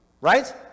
right